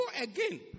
again